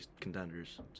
contenders